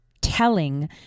telling